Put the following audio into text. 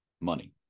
money